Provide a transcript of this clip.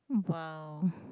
!wow!